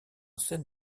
scène